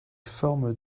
formes